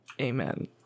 Amen